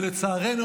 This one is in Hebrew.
ולצערנו,